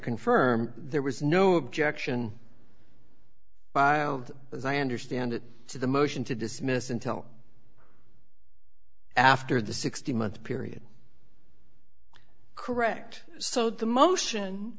confirm there was no objection by o as i understand it to the motion to dismiss until after the sixty month period correct so the motion